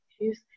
issues